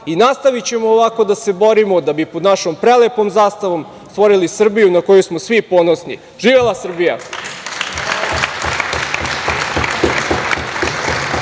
i nastavićemo ovako da se borimo da bi pod našom prelepom zastavom stvorili Srbiju na koju smo svi ponosni. Živela Srbija!